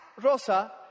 Rosa